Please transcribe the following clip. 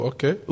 Okay